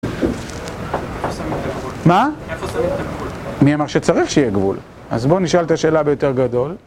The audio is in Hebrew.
איפה שמים את הגבול? מה? איפה שמים את הגבול? אני אמר שצריך שיהיה גבול. אז בואו נשאל את השאלה ביותר גדול -